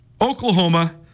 Oklahoma